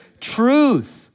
Truth